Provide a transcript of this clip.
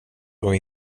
och